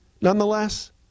nonetheless